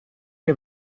che